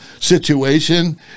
situation